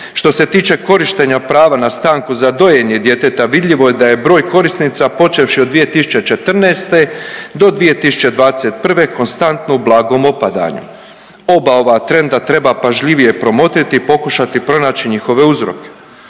Što se tiče korištenja prava na stanku za dojenje djeteta vidljivo je da je broj korisnica počevši od 2014. do 2021. konstantno u blagom opadanju. Oba ova trenda treba pažljivije promotriti i pokušati pronaći njihove uzroke.